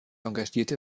engagierte